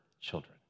children